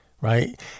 right